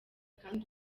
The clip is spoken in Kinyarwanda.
kandi